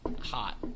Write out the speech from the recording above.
hot